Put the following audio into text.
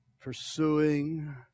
pursuing